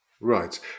right